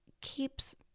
keeps